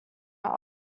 are